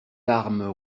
larmes